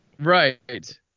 Right